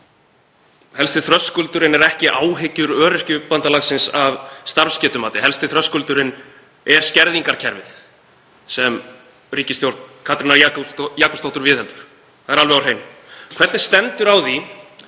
helsti þröskuldurinn er ekki áhyggjur Öryrkjabandalagsins af starfsgetumati. Helsti þröskuldurinn er skerðingakerfið sem ríkisstjórn Katrínar Jakobsdóttur viðheldur. Það er alveg á hreinu. Hvernig stendur á því